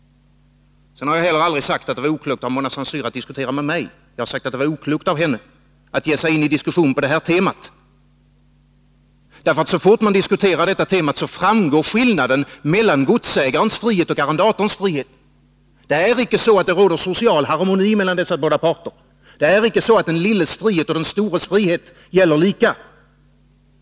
Sedan har jag heller aldrig sagt att det var oklokt av Mona Saint Cyr att diskutera med mig. Jag har sagt att det var oklokt av henne att ge sig in i en diskussion om det här temat. Så fort man diskuterar detta tema framgår skillnaden mellan godsägarens frihet och arrendatorns frihet. Det är icke så att det råder social harmoni mellan dessa båda parter. Det är icke så att den lilles frihet och den stores frihet gäller lika.